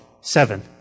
seven